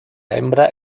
hembra